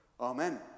Amen